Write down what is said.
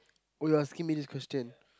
oh you're asking me this question